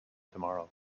tomorrow